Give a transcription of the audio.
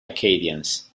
acadians